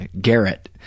Garrett